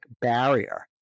barrier